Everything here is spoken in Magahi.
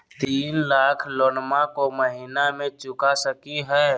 तीन लाख लोनमा को महीना मे चुका सकी हय?